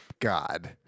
God